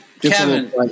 Kevin